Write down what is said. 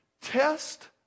Test